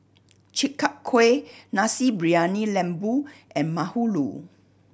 Chi Kak Kuih Nasi Briyani Lembu and bahulu